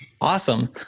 Awesome